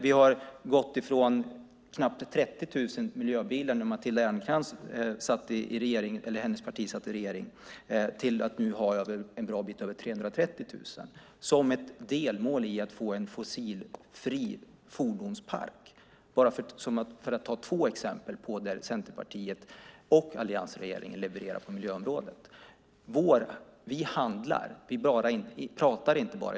Vi har gått från knappt 30 000 miljöbilar då Matilda Ernkrans parti satt i regeringen till att nu ha en bra bit över 330 000, ett delmål för att få en fossilfri fordonspark. Det är två exempel på att Centerpartiet och alliansregeringen levererar på miljöområdet. Vi handlar. Vi inte bara pratar.